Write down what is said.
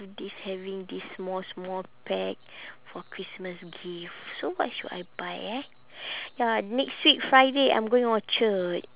this having this small small bag for christmas gift so what should I buy eh ya next week friday I'm going orchard